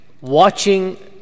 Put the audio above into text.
watching